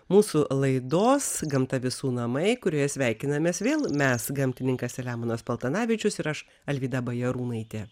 mūsų laidos gamta visų namai kurioje sveikinamės vėl mes gamtininkas selemonas paltanavičius ir aš alvyda bajarūnaitė